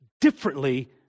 differently